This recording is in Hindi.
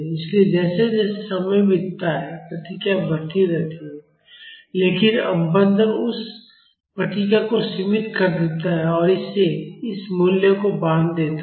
इसलिए जैसे जैसे समय बीतता है प्रतिक्रिया बढ़ती रहती है लेकिन अवमंदन उस प्रतिक्रिया को सीमित कर देता है और इसे इस मूल्य से बांध देता है